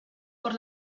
por